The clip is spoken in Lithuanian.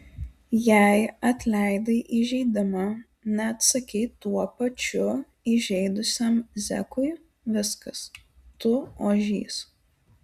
jei atleidai įžeidimą neatsakei tuo pačiu įžeidusiam zekui viskas tu ožys